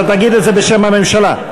אתה תגיד את זה בשם הממשלה?